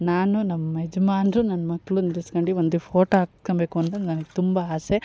ನಾನು ನಮ್ಮಯಜ್ಮಾನ್ರು ನನ್ನ ಮಕ್ಕಳು ನಿಂದಿರ್ಸ್ಕೊಂಡು ಒಂದು ಫೋಟೋ ಹಾಕಬೇಕು ಅಂತ ನನಗೆ ತುಂಬ ಆಸೆ